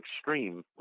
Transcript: extreme